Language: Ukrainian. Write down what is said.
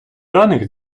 даних